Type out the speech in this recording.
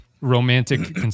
romantic